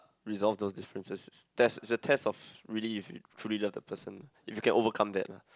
resolve those difference that's the test of really if you truly love that person if you can overcome that lah